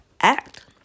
act